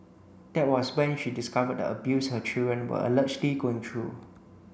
that was when she discovered the abuse her children were allegedly going through